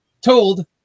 told